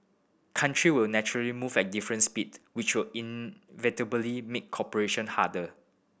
country will naturally move at different speed which will inevitably make cooperation harder